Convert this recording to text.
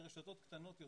לרשתות קטנות יותר.